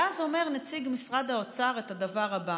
ואז אומר נציג משרד האוצר את הדבר הבא: